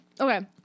Okay